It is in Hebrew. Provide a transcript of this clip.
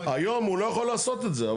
היום הוא לא יכול לעשות את זה.